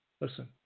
Listen